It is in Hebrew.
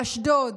באשדוד,